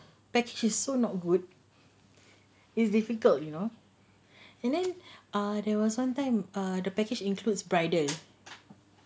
package is so not good it's difficult you know and then uh there was one time err the package includes bridal